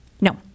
No